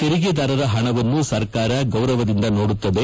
ತೆರಿಗೆದಾರರ ಹಣವನ್ನು ಸರ್ಕಾರ ಗೌರವವಾಗಿ ನೋಡುತ್ತದೆ